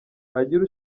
hagira